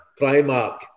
Primark